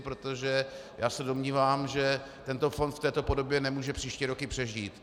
Protože já se domnívám, že tento fond v této podobě nemůže příští roky přežít.